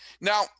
Now